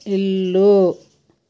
ఇల్లు